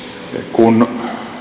kun